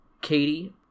Katie